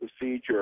procedure